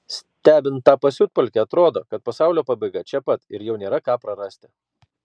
stebint tą pasiutpolkę atrodo kad pasaulio pabaiga čia pat ir jau nėra ką prarasti